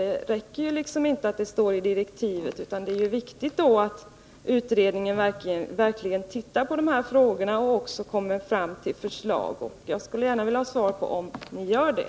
Det räcker inte med att hänvisa till vad som står i direktiven, utan det är viktigt att utredningen verkligen tittar på de här frågorna och att den lägger fram förslag. Jag skulle gärna vilja ha svar på frågan, om ni inom utredningen gör det.